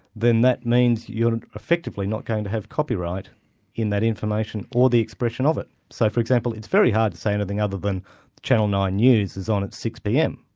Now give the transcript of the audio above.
then that means you're effectively not going to have copyright in that information or the expression of it. so for example, it's very hard to say anything other than channel nine news is on a six pm,